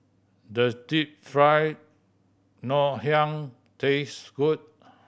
does Deep Fried Ngoh Hiang taste good